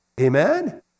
Amen